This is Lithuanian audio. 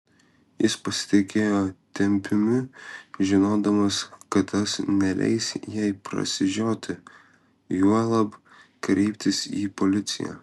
jis pasitikėjo tempiumi žinodamas kad tas neleis jai prasižioti juolab kreiptis į policiją